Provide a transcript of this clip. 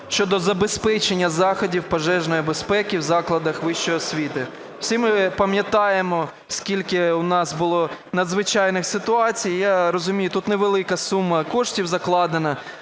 щодо забезпечення заходів пожежної безпеки в закладах вищої освіти. Всі ми пам'ятаємо, скільки у нас було надзвичайних ситуацій. Я розумію, тут невелика сума коштів закладена.